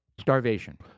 Starvation